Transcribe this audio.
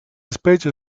specie